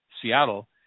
Seattle